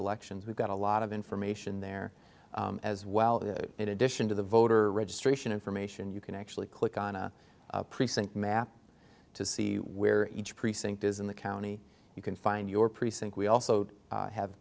elections we've got a lot of information there as well is it addition to the voter registration information you can actually click on a precinct map to see where each precinct is in the county you can find your precinct we also have